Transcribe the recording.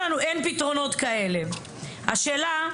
פתרונות כאלה באצטדיונים.